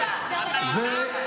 האלקטרוני.